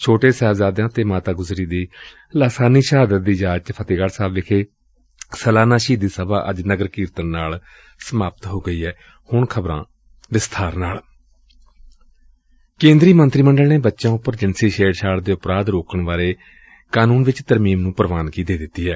ਛੋਟੇ ਸਾਹਿਬਜ਼ਾਦਿਆਂ ਅਤੇ ਮਾਤਾ ਗੁਜਰੀ ਦੀ ਲਾਸਾਨੀ ਸ਼ਹਾਦਤ ਦੀ ਯਾਦ ਚ ਫਤਹਿਗੜ ਸਾਹਿਬ ਵਿਖੇ ਸਾਲਾਨਾ ਸ਼ਹੀਦੀ ਸਭਾ ਕੇਂਦਰੀ ਮੰਤਰੀ ਮੰਡਲ ਨੇ ਬੱਚਿਆਂ ਉਪਰ ਜਿਣਸੀ ਛੇੜਛਾੜ ਦੇ ਅਪਰਾਧ ਰੋਕਣ ਬਾਰੇ ਕਾਨੂੰਨ ਵਿਚ ਤਰਮੀਮ ਨੂੰ ਪ੍ਵਾਨਗੀ ਦੇ ਦਿੱਤੀ ਏ